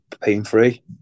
pain-free